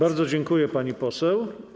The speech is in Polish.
Bardzo dziękuję, pani poseł.